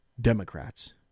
Democrats